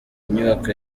inyubako